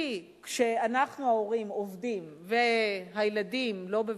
כי כשאנחנו, ההורים, עובדים והילדים לא בבית-הספר,